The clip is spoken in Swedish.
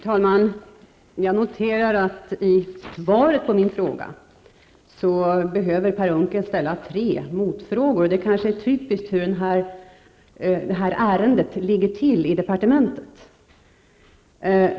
Herr talman! Jag noterar att i svaret på min fråga behöver Per Unckel ställa tre motfrågor. Det kanske visar hur detta ärende ligger till i departementet.